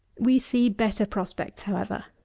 we see better prospects however,